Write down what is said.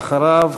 ואחריו,